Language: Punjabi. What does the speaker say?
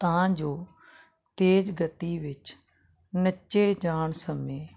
ਤਾਂ ਜੋ ਤੇਜ਼ ਗਤੀ ਵਿੱਚ ਨੱਚੇ ਜਾਣ ਸਮੇਂ